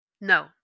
No